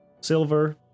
silver